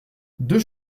deux